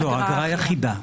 האגרה היא אחידה.